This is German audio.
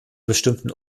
bestimmten